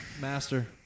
master